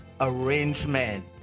arrangement